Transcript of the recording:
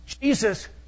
Jesus